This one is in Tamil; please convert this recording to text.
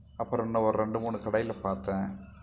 அப்புறம் இன்னும் ஒரு ரெண்டு மூணு கடையில் பார்த்தேன்